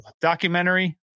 documentary